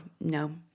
no